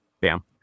Bam